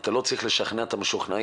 אתה לא צריך לשכנע את המשוכנעים.